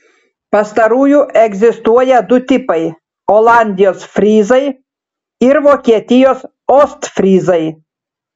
pastarųjų egzistuoja du tipai olandijos fryzai ir vokietijos ostfryzai